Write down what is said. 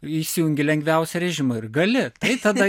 įsijungi lengviausią režimą ir gali tai tada